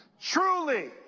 Truly